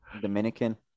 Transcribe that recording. Dominican